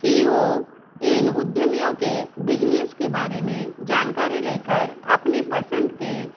सी E O इन उद्यमीयों के बिजनेस के बारे में जानकारी लेकर अपनी पसंद के